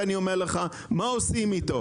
ואני שואל אותך מה עושים איתו.